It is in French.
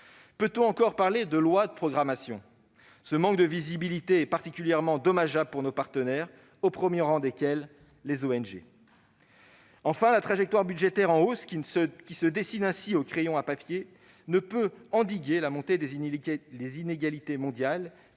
ces conditions de loi de programmation ? Ce manque de visibilité est particulièrement dommageable pour nos partenaires, en particulier les ONG. Enfin, la trajectoire budgétaire en hausse, en quelque sorte esquissée au crayon à papier, ne peut endiguer la montée des inégalités mondiales